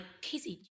Casey